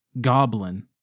goblin